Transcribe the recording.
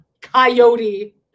Coyote